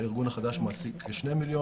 הארגון החדש מעסיק כ-2 מיליון